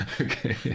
Okay